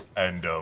and